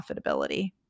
profitability